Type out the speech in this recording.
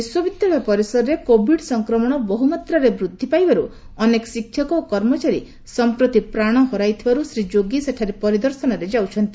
ବିଶ୍ୱବିଦ୍ୟାଳୟ ପରିସରରେ କୋଭିଡ ସଂକ୍ରମଣ ବହୁମାତ୍ରାରେ ବୃଦ୍ଧି ପାଇବାରୁ ଅନେକ ଶିକ୍ଷକ ଓ କର୍ମଚାରୀ ସମ୍ପ୍ରତି ପ୍ରାଣ ହରାଇଥିବାରୁ ଶ୍ରୀ ଯୋଗୀ ସେଠାରେ ପରିଦର୍ଶନରେ ଯାଉଛନ୍ତି